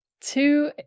Two